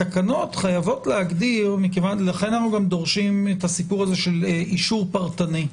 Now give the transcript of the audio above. התקנות חיבות להגדיר לכן אנו דורשים את הסיפור של אישור פרטני.